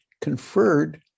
conferred